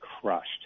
crushed